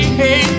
hey